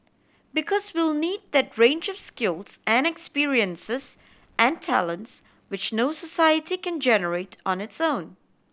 because we'll need that range of skills and experiences and talents which no society can generate on its own